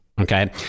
okay